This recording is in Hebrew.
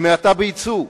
עם ההאטה ביצוא?